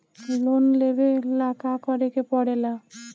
Loan लेबे ला का करे के पड़े ला?